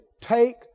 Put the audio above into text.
Take